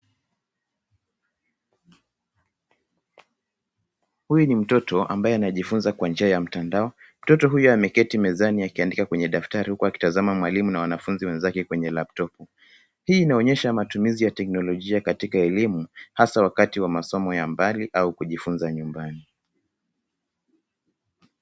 Huyu ni mtoto ambaye anajifunza kwa njia ya mtandao, mtoto huyu ameketi mezani akiandika kwenye daftari huku akitazama mwalimu na wanafunzi wenzake kwenye laptopu. Hii inaonyesha matumizi ya teknolojia katika ya elimu, hasa wakati wa masomo ya mbali au kujifunza nyumbani.